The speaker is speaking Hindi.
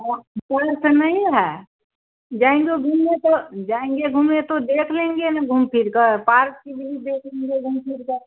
नहीं है जाएँगे घूमने तो जाएँगे घूमने तो देख लेंगे ना घूम फिर कर पार्क भी देख लेंगे घूम फिर कर